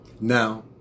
Now